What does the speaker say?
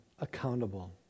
accountable